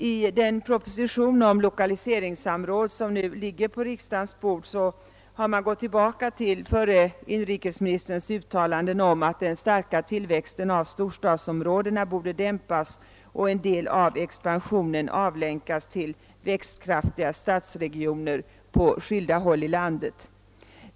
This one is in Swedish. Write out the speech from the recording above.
I den proposition om lokaliseringssamråd som ligger på riksdagens bord har man gått tillbaka till förre inrikesministerns uttalande om att »den starka tillväxten av storstadsområdena borde dämpas och en del av expansionen avlänkas till växtkraftiga stadsregioner på skilda håll i landet».